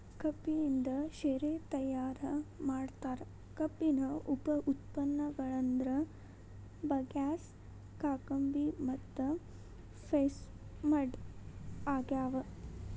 ಕಬ್ಬಿನಿಂದ ಶೇರೆ ತಯಾರ್ ಮಾಡ್ತಾರ, ಕಬ್ಬಿನ ಉಪ ಉತ್ಪನ್ನಗಳಂದ್ರ ಬಗ್ಯಾಸ್, ಕಾಕಂಬಿ ಮತ್ತು ಪ್ರೆಸ್ಮಡ್ ಗಳಗ್ಯಾವ